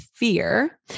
fear